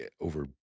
over